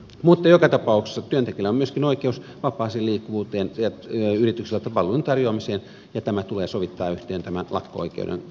mutta joka tapauksessa työntekijöillä on myöskin oikeus vapaaseen liikkuvuuteen ja yrityksillä palvelujen tarjoamiseen ja tämä tulee sovittaa yhteen tämän lakko oikeuden kautta